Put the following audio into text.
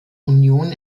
union